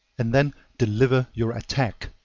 and then deliver your attack.